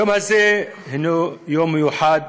היום הזה הוא יום מיוחד,